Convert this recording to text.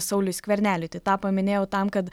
sauliui skverneliui tai tą paminėjau tam kad